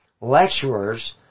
lecturers